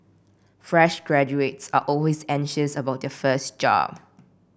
fresh graduates are always anxious about their first job